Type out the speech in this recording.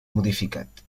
modificat